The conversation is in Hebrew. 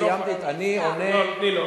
אבל, כבוד השר, אני סיימתי, לא, תני לו.